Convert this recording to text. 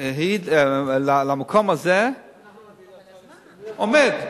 ייעד למקום הזה עומד.